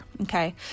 okay